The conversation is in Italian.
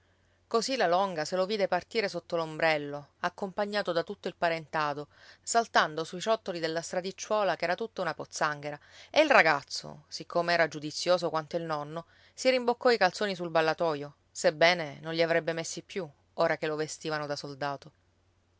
così la longa se lo vide partire sotto l'ombrello accompagnato da tutto il parentado saltando sui ciottoli della stradicciuola ch'era tutta una pozzanghera e il ragazzo siccome era giudizioso quanto il nonno si rimboccò i calzoni sul ballatoio sebbene non li avrebbe messi più ora che lo vestivano da soldato